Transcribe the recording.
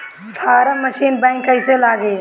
Form machine back कईसे लागी?